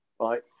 Right